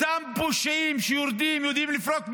אותם פושעים שיורדים, יודעים לפרוק מרכב,